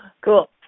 Cool